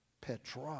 Petra